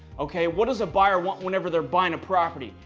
okay. what does a buyer want whenever they're buying a property?